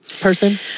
person